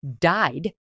died